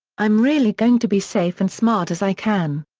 i'm really going to be safe and smart as i can.